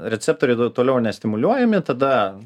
receptoriai t toliau nestimuliuojami tada